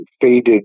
faded